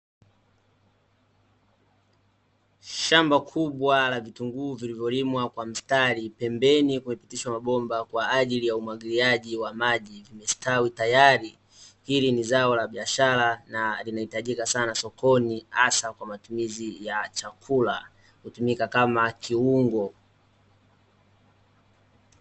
Shamba kubwa la vitunguu vilivyolimwa kwa mstari pembeni kumepitishawa mabomba kwa ajili ya umwagiliaji wa maji, vimestawi tayari, hili ni zao la biashara na linahitajika sana sokoni hasa kwa matumizi ya chakula kutumika kama kiungo.